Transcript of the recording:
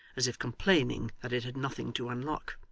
as if complaining that it had nothing to unlock.